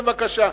בבקשה.